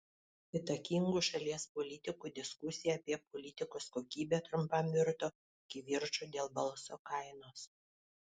įtakingų šalies politikų diskusija apie politikos kokybę trumpam virto kivirču dėl balso kainos